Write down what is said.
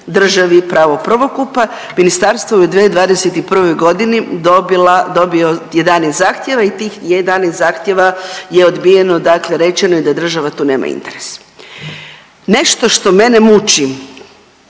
državi pravo prvokupa, ministarstvo je u 2021.g. dobila, dobio 11 zahtjeva i tih 11 zahtjeva je odbijeno dakle rečeno je da država tu nema interes. Nešto što mene muči